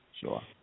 Sure